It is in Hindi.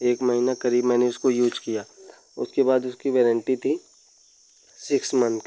एक महीना क़रीब मैंने उसको यूज किया उसके बाद उसकी वेरन्टी थी सिक्स मंथ की